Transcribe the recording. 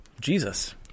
Jesus